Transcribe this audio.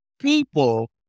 people